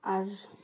ᱟᱨ